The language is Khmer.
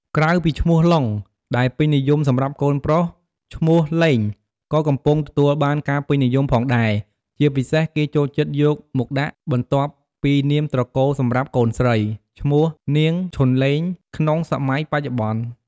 ក្រៅពីឈ្មោះ "ឡុង" ដែលពេញនិយមសម្រាប់កូនប្រុស ឈ្មោះ "ឡេង" ក៏កំពុងទទួលបានការពេញនិយមផងដែរ ជាពិសេសគេចូលចិត្តយកមកដាក់ បន្ទាប់ពីនាមត្រកូលសម្រាប់ កូនស្រី ឈ្មោះ នាង ឈុនឡេង ក្នុងសម័យបច្ចុប្បន្ន។